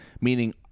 meaning